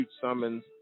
summons